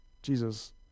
jesus